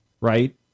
right